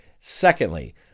Secondly